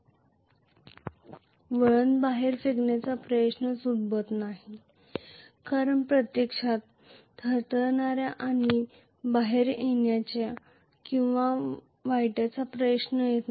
कारण वाइंडिंग बाहेर फेकल्याचा प्रश्नच उद्भवत नाही कारण प्रत्यक्षात वाइंडिंग सुटणे व बाहेर येण्याचा किंवा ते शॉर्ट सर्किट होत आहे की नाही प्रश्नच उद्भवत नाही